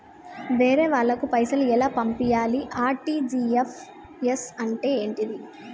వేరే వాళ్ళకు పైసలు ఎలా పంపియ్యాలి? ఆర్.టి.జి.ఎస్ అంటే ఏంటిది?